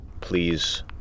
please